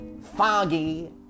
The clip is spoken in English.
foggy